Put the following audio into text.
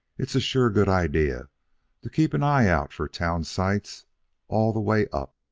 it's a sure good idea to keep an eye out for town sites all the way up.